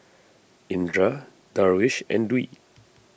Indra Darwish and Dwi